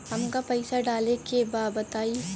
हमका पइसा डाले के बा बताई